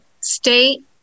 state